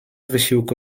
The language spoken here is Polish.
wysiłku